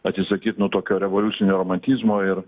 atsisakyt nuo tokio revoliucinio romantizmo ir